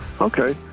okay